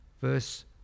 Verse